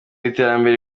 iterambere